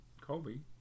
Colby